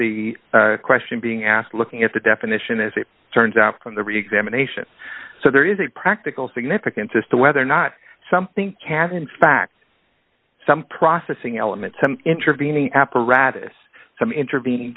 the question being asked looking at the definition as it turns out from the reexamination so there is a practical significance as to whether or not something can in fact some processing elements some intervening apparatus some intervening